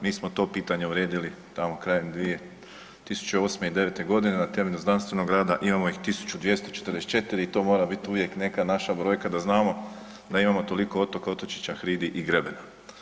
Mi smo to pitanje uredili tamo krajem 2008., '09.g. na temelju znanstvenog rada, imamo 1.244 i to mora biti uvijek neka naša brojka da znamo da imamo toliko otoka, otočića, hridi i grebena.